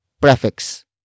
prefix